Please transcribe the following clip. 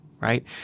right